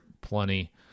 plenty